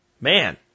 man